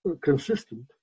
consistent